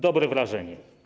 Dobre wrażenie.